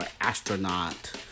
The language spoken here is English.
astronaut